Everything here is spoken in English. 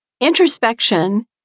Introspection